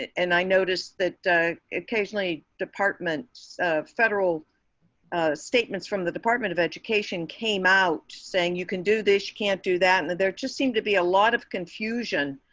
and i noticed that occasionally departments federal statements from the department of education came out saying you can do this. you can't do that and there just seemed to be a lot of confusion.